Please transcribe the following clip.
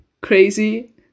crazy